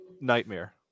Nightmare